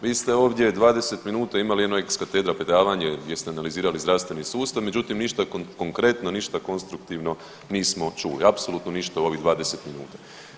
Vi ste ovdje 20 minuta imali jedno ekskatedra predavanje gdje ste analizirali zdravstveni sustav, međutim ništa konkretno, ništa konstruktivno nismo čuli, apsolutno ništa u ovih 20 minuta.